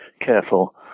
careful